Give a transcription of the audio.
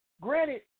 Granted